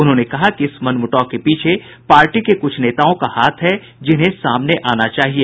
उन्होंने कहा कि इस मनमूटाव के पीछे पार्टी के कुछ नेताओं का हाथ है जिन्हें सामने आना चाहिए